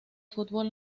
fútbol